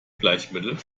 bleichmittel